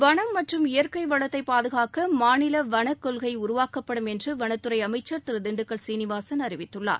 வளம் மற்றும் இயற்கை வளத்தை பாதுகாக்க மாநில வளக்கொள்கை உருவாக்கப்படும் என்று வனத்துறை அமைச்சர் திரு திண்டுக்கல் சீனிவாசன் அறிவித்துள்ளார்